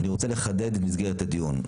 אני רוצה לחדד את מסגרת הדיון,